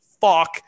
Fuck